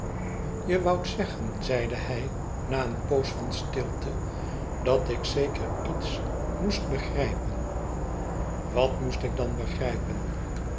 je woudt zeggen zeide hij na een poos van stilte dat ik zeker iets moest begrijpen wat moest ik dan begrijpen